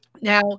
Now